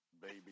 baby